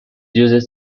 uses